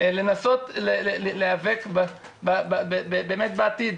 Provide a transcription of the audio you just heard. לנסות להיאבק בעתיד,